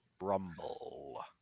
Rumble